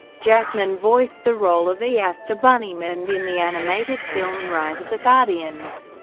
jackman voiced the role of e aster bunnymund in the animated film rise of the guardians.